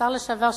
השר לשעבר שטרית,